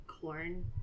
corn